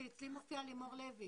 כי אצלי מופיעה לימור לוי.